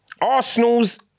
Arsenal's